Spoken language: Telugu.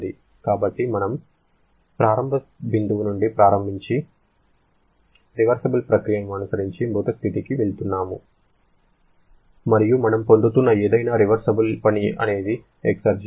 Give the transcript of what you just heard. కాబట్టి మనము మన ప్రారంభ బిందువు నుండి ప్రారంభించి రివర్సిబుల్ ప్రక్రియను అనుసరించి మృతడెడ్ స్థితికి వెళుతున్నాము మరియు మనం పొందుతున్న ఏదైనా రివర్సిబుల్ పని అది ఎక్సెర్జి